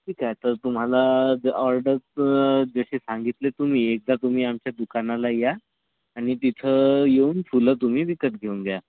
ठीक आहे तर तुम्हाला जर ऑर्डरचं जसे सांगितले तुम्ही एकदा तुम्ही आमच्या दुकानाला या आणि तिथं येऊन फुलं तुम्ही विकत घेऊन घ्या